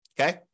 okay